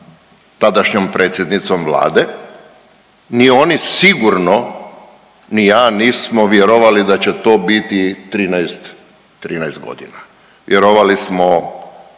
tadašnjom predsjednicom Vlade. Ni oni sigurno ni ja nismo vjerovali da će to biti 13 godina. Vjerovali smo